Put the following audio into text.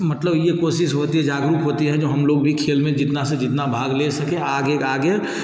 मतलब ये कोशिश होती है जागरूक होती है जो हम लोग भी खेल में जितना से जितना भाग ले सकें आगे आगे